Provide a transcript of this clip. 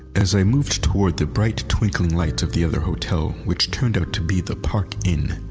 as i moved toward the bright twinkling lights of the other hotel which turned out to be the park inn,